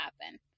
happen